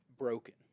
broken